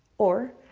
or,